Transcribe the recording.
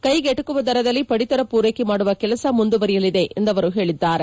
ಕೈಗೆಟಕುವ ದರದಲ್ಲಿ ಪಡಿತರ ಪೂರ್ಟೆಕೆ ಮಾಡುವ ಕೆಲಸ ಮುಂದುವರಿಯಲಿದೆ ಎಂದು ಅವರು ಹೇಳಿದ್ದಾರೆ